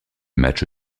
match